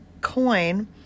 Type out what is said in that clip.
coin